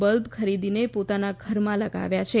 bulb ખરીદીને પોતાના ઘરમાં લગાવ્યા છે